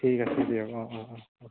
ঠিক আছে দিয়ক অ' অ' অ'